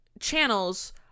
channels